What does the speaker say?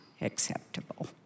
acceptable